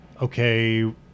okay